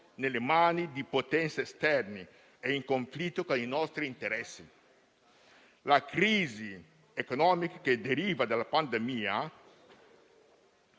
nelle mani di potenze esterne e in conflitto con i nostri interessi. La crisi economica che deriva dalla pandemia